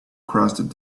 crossed